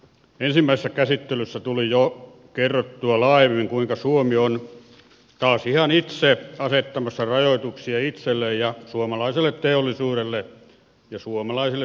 ensimmäisessä käsittelyssä tuli jo kerrottua laajemmin kuinka suomi on taas ihan itse asettamassa rajoituksia itselleen suomalaiselle teollisuudelle ja suomalaisille työpaikoille